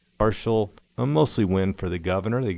partial, a mostly win for the governor. like